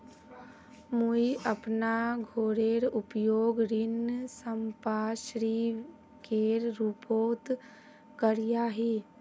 मुई अपना घोरेर उपयोग ऋण संपार्श्विकेर रुपोत करिया ही